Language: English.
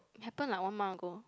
happen like one month ago